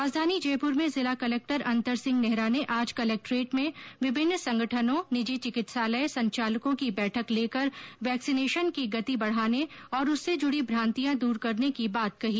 राजधानी जयपुर में जिला कलक्टर अंतर सिंह नेहरा ने आज कलेक्ट्रेट में विभिन्न संगठनों निजी चिकित्सालय संचालकों की बैठक लेकर वैक्सीनेशन की गति बढ़ाने और उससे जूड़ी भ्रांतियां दूर करने की बात कही